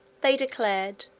they declared,